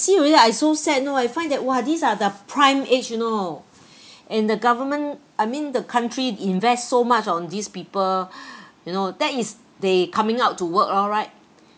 see really I so sad you know I find that !wah! these are the prime age you know and the government I mean the country invest so much on these people you know that is they coming out to work all right